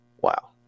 Wow